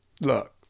look